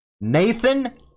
Nathan